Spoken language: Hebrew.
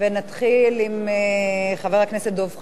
ונתחיל עם חבר הכנסת דב חנין.